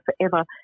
forever